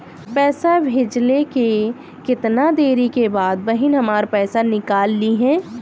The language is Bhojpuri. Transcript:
पैसा भेजले के कितना देरी के बाद बहिन हमार पैसा निकाल लिहे?